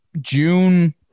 June